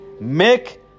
Make